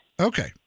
Okay